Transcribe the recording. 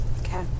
Okay